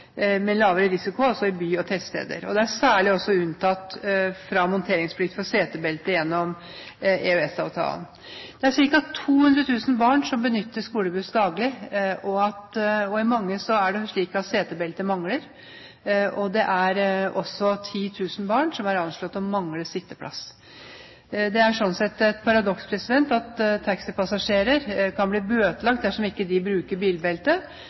lavere risiko, altså by og tettsteder. Disse er også særlig unntatt fra monteringsplikt for setebelte gjennom EØS-avtalen. Det er ca. 200 000 barn som benytter skolebuss daglig, og i mange busser er det slik at setebelte mangler. Det er også anslått at 10 000 barn mangler sitteplass. Det er slik sett et paradoks at taxipassasjerer kan bli bøtelagt dersom de ikke bruker